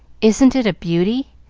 isn't it a beauty?